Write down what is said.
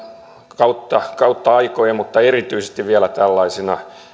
kautta kautta aikojen mutta erityisesti vielä tällaisena